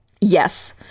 Yes